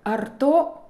ar to